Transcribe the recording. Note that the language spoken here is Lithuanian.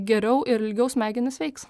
geriau ir ilgiau smegenys veiks